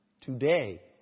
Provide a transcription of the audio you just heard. today